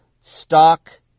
Stock